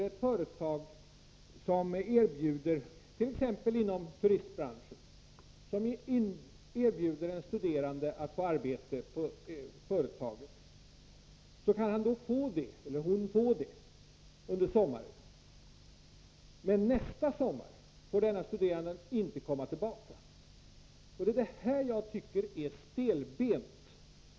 Om ett företag i t.ex. turistbranschen erbjuder en studerande arbete, kan han eller hon få det under sommaren. Men nästa sommar får denna studerande inte komma tillbaka till företaget. Det är detta jag tycker är stelbent.